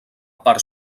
part